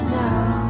now